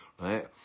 right